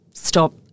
stop